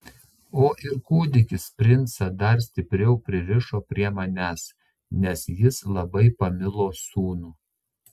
o ir kūdikis princą dar stipriau pririšo prie manęs nes jis labai pamilo sūnų